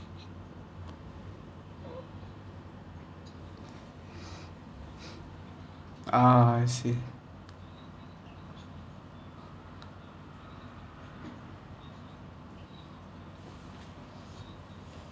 ah I see